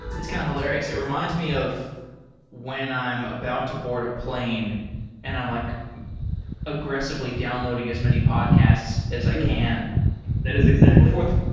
it's kind of hilarious. it reminds me of when i'm about to board a plane and i'm like aggressively downloading as many podcasts as i can before that is exactly